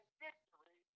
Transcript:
victory